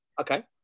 Okay